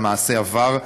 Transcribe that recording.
על מעשי עבר,